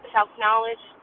Self-knowledge